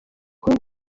kuba